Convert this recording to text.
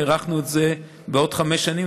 הארכנו את זה בעוד חמש שנים,